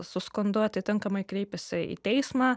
su skundu atitinkamai kreipėsi į teismą